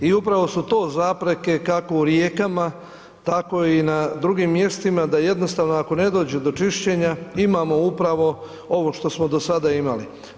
I upravo su to zapreke kako u rijekama, tako i na drugim mjestima da jednostavno ako ne dođe do čišćenja, imamo upravo ovo što smo do sada imali.